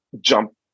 jump